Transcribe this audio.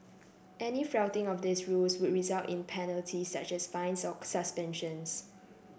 any flouting of these rules would result in penalties such as fines or suspension